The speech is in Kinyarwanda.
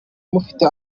mufite